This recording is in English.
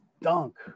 dunk